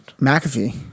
McAfee